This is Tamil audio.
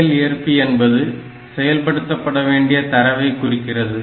செயல்ஏற்பி என்பது செயல்படுத்தப்பட வேண்டிய தரவை குறிக்கிறது